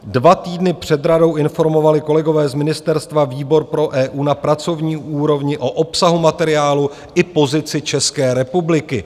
Dva týdny před radou informovali kolegové z ministerstva výbor pro EU na pracovní úrovni o obsahu materiálu i pozici České republiky.